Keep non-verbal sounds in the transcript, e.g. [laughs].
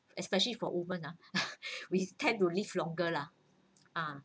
because especially for women ah [laughs] we tend to live longer lah ah